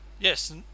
Yes